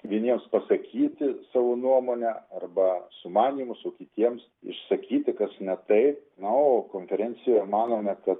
vieniems pasakyti savo nuomonę arba sumanymus o kitiems išsakyti kas ne taip na o konferencijoje manome kad